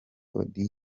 auddy